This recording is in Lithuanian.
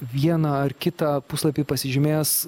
vieną ar kitą puslapį pasižymėjęs